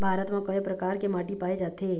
भारत म कय प्रकार के माटी पाए जाथे?